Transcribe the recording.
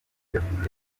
bafite